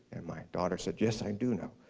and my daughter said, yes, i do know.